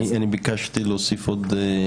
אני ביקשתי להוסיף עוד הערה.